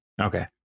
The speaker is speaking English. Okay